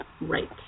Right